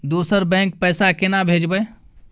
दोसर बैंक पैसा केना भेजबै?